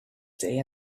day